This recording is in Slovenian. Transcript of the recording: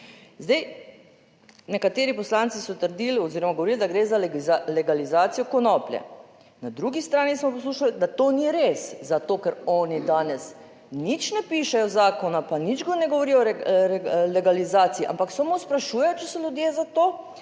Zdaj nekateri poslanci so trdili oziroma govorili, da gre za legalizacijo konoplje. Na drugi strani smo poslušali, da to ni res, zato ker oni danes nič ne pišejo zakona, pa nič ne govorijo o legalizaciji, ampak samo sprašujejo, če so ljudje za to,